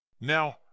Now